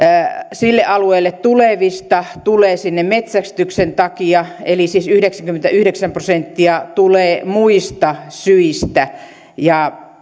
sille alueelle tulevista tulee sinne metsästyksen takia eli siis yhdeksänkymmentäyhdeksän prosenttia tulee muista syistä